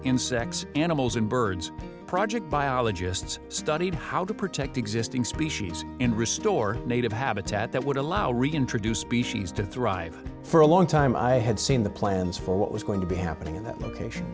insects animals and birds project biologists studied how to protect existing species and restore native habitat that would allow reintroduce species to thrive for a long time i had seen the plans for what was going to be happening in that location